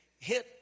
hit